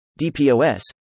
DPoS